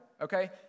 okay